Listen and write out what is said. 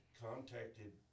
contacted